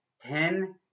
ten